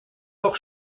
leurs